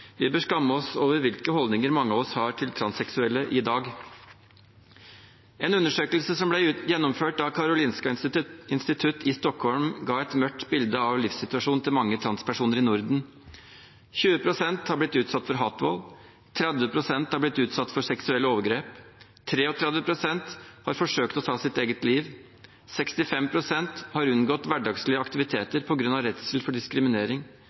Vi bør skamme oss over hvilke holdninger mange av oss har til transseksuelle i dag. En undersøkelse som ble gjennomført av Karolinska Institutet i Stockholm, ga et mørkt bilde av livssituasjonen til mange transpersoner i Norden. 20 pst. har blitt utsatt for hatvold, 30 pst. har blitt utsatt for seksuelle overgrep, 33 pst. har forsøkt å ta sitt eget liv, og 65 pst. har unngått hverdagslige aktiviteter på grunn av redsel for diskriminering.